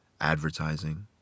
advertising